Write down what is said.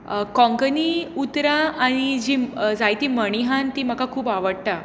कोंकणी उतरां आनी जीं जायती म्हणी हान तीं म्हाका खूब आवडटा